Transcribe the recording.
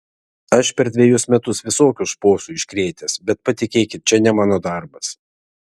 aš per dvejus metus visokių šposų iškrėtęs bet patikėkit čia ne mano darbas